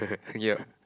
ya